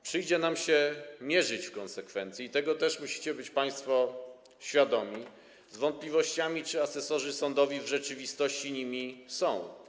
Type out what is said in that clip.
Przyjdzie nam się mierzyć w konsekwencji, i tego też musicie być państwo świadomi, z wątpliwościami, czy asesorzy sądowi w rzeczywistości nimi są.